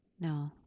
No